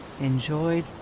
enjoyed